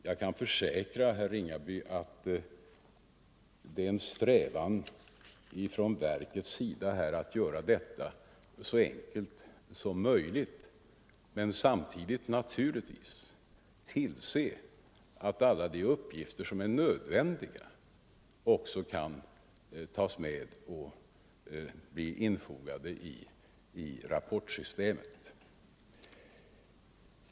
Jag kan försäkra herr Ringaby att det är en strävan från riksförsäkringsverkets sida att göra arbetet med blanketterna så enkelt som möjligt men samtidigt naturligtvis att tillse att alla de uppgifter som är nödvändiga också kan tas med och bli infogade i rapportsystemet.